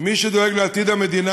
ומי שדואג לעתיד המדינה,